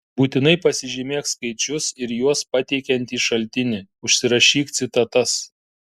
būtinai pasižymėk skaičius ir juos pateikiantį šaltinį užsirašyk citatas